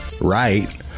right